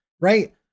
right